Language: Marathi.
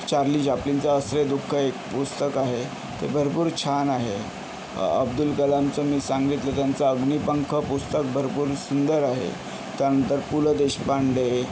चार्ली चॅपलिनचं हसरे दु ख एक पुस्तक आहे ते भरपूर छान आहे अब्दुल कलामचं मी सांगितलं त्यांचं अग्निपंख पुस्तक भरपूर सुंदर आहे त्यानंतर पु ल देशपांडे